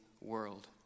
world